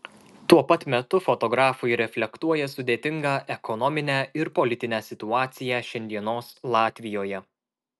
tuo pat metu fotografai reflektuoja sudėtingą ekonominę ir politinę situaciją šiandienos latvijoje